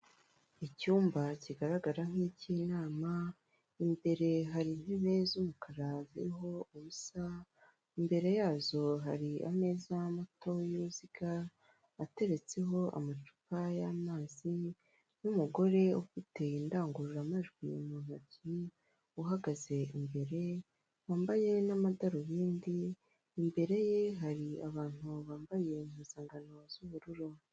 Icyumba kigaragara nk'icy'inama imbere hari intebe z'umukara ziriho ubusa mbere yazo hari ameza mato y'uruziga ateretseho amacupa y'amazi n'umugore ufite indangururamajwi mu ntoki uhagaze imbere wambaye n'amadarubindi imbere ye hari abantu bambaye impuzankano z'ubururu.